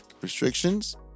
restrictions